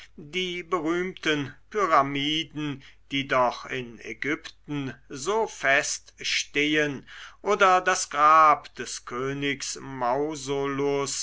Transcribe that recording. die berühmten pyramiden die doch in ägypten so fest stehen oder das grab des königs mausolus